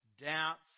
doubts